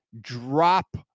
drop